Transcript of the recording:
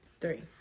three